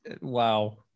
wow